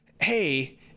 hey